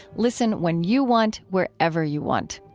listen when you want, wherever you want.